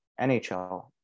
NHL